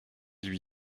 lui